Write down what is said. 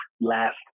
last